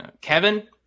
Kevin